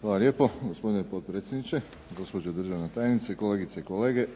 Hvala lijepo gospodine potpredsjedniče, gospođo državna tajnice, kolegice i kolege.